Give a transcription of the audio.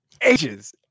ages